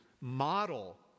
model